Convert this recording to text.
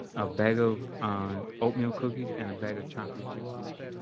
a bag of ah and oatmeal cookies and a bag of chocolate chip cookies